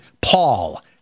Paul